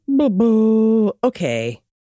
Okay